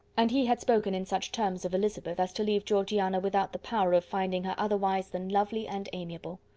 and he had spoken in such terms of elizabeth as to leave georgiana without the power of finding her otherwise than lovely and amiable.